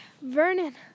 Vernon